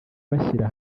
bashyira